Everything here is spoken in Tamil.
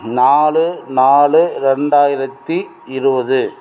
நாலு நாலு ரெண்டாயிரத்தி இருபது